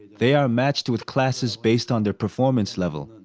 they are matched with classes based on their performance level.